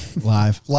Live